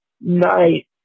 night